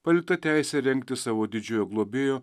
palikta teisė rengti savo didžiojo globėjo